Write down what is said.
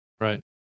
Right